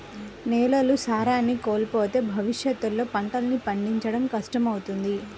నేలలు సారాన్ని కోల్పోతే భవిష్యత్తులో పంటల్ని పండించడం కష్టమవుతుంది